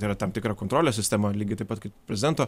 tai yra tam tikra kontrolės sistema lygiai taip pat kaip prezidento